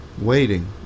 waiting